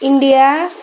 India